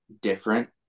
different